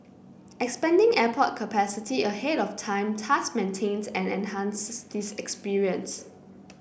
expanding airport capacity ahead of time thus maintains and enhances this experience